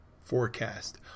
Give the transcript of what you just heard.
forecast